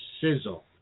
sizzle